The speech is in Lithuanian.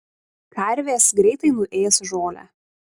karvės greitai nuės žolę